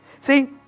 See